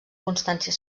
constància